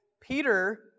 Peter